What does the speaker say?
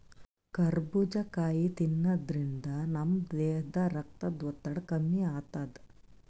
ಕರಬೂಜ್ ಕಾಯಿ ತಿನ್ನಾದ್ರಿನ್ದ ನಮ್ ದೇಹದ್ದ್ ರಕ್ತದ್ ಒತ್ತಡ ಕಮ್ಮಿ ಆತದ್